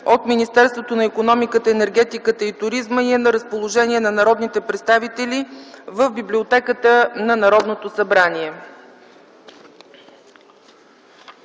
от Министерството на икономиката, енергетиката и туризма и е на разположение на народните представители в библиотеката на Народното събрание.